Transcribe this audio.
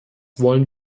wollen